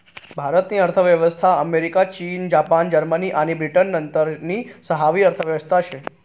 भारत नी अर्थव्यवस्था अमेरिका, चीन, जपान, जर्मनी आणि ब्रिटन नंतरनी सहावी अर्थव्यवस्था शे